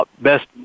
best